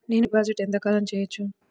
నేను డిపాజిట్ ఎంత కాలం చెయ్యవచ్చు?